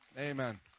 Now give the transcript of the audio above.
Amen